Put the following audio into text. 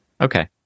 Okay